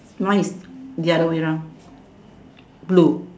mine is the other way round blue